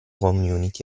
community